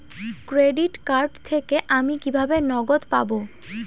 Credit card থেকে আমি কিভাবে নগদ পাব?